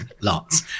lots